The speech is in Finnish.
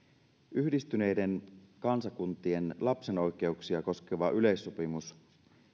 yhdistyneiden kansakuntien lapsen oikeuksia koskeva yleissopimus